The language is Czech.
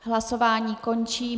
Hlasování končím.